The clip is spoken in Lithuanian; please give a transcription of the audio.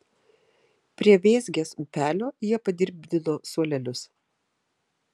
prie vėzgės upelio jie padirbdino suolelius